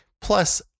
Plus